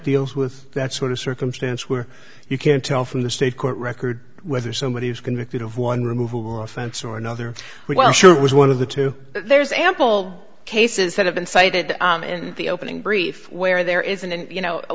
deals with that sort of circumstance where you can tell from the state court record whether somebody was convicted of one removable offense or another well sure it was one of the two there's ample cases that have been cited in the opening brief where there isn't and you know a